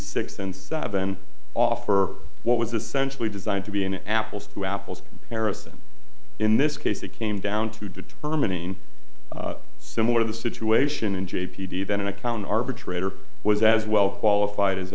six and seven offer what was essentially designed to be an apples to apples comparison in this case it came down to determining similar to the situation and a p t then an account arbitrator was as well qualified as